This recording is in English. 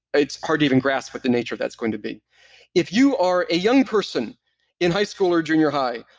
it's hard to even grasp what the nature of that's going to be if you are a young person in high school or junior high,